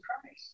Christ